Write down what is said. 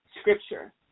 scripture